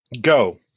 go